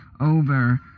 over